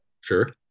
Sure